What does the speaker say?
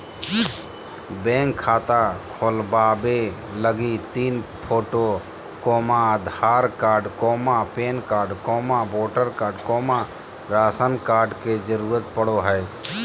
bank खाता खोलबावे लगी तीन photo, Aadhaar card, PAN card, voter card, ration card के जरूरत पड़ो हय